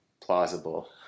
plausible